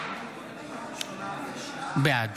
בעד